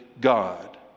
God